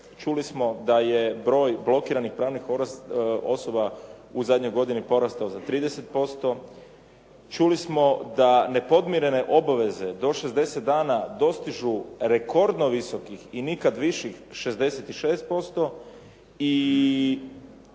Čuli smo da je broj blokiranih pravnih osoba u zadnjoj godini porastao za 30%. Čuli smo da nepodmirene obaveze do 60 dana dostižu rekordno visokih i nikad viših 66%